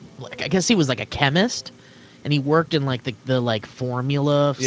like i guess he was like a chemist and he worked in like the the like formula, yeah